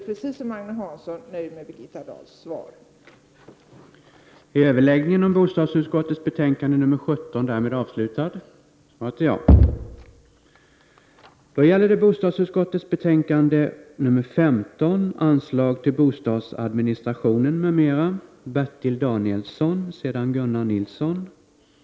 Precis som Agne Hansson är jag inte nöjd med Birgitta Dahls svar på frågan.